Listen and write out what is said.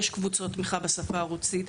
יש קבוצות תמיכה בשפה הרוסית,